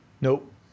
Nope